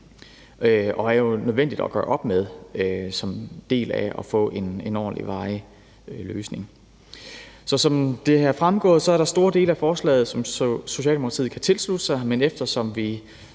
og er jo nødvendigt at gøre op med som del af at få en ordentlig, varig løsning. Så som det her er fremgået, er der store dele af forslaget, som Socialdemokratiet kan tilslutte sig, men eftersom vi